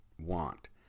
Want